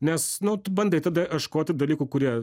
nes nu tu bandai tada ieškoti dalykų kurie